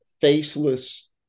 faceless